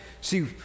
see